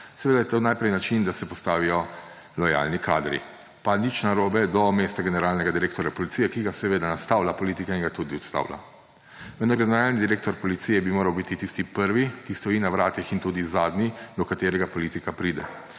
Seveda je to najprej način, da se postavijo lojalni kadri. Pa nič narobe do mesta generalnega direktorja policije, ki ga seveda nastavlja politika in ga tudi odstavlja. Vendar generalni direktor policije bi moral biti tisti prvi, ki stoji na vratih, in tudi zadnji, do katerega politika pride.